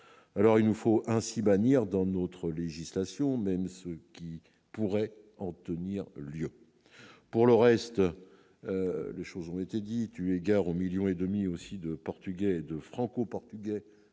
alors il nous faut ainsi bannir dans notre législation, même ce qui pourrait en tenir lieu, pour le reste, les choses ont été dites, eu égard au 1000000 et demi aussi de Portugais de franco-portugais